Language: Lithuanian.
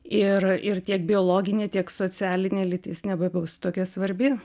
ir ir tiek biologinė tiek socialinė lytis nebebus tokia svarbi